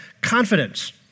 confidence